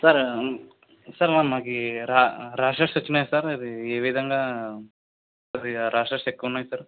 sir sir మొ నాకు రా ర్యాషెస్ వచ్చినాయి సార్ ఇది ఈ విధంగా కొద్దిగా ర్యాషెస్ ఎక్కువ ఉన్నాయి సార్